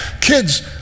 Kids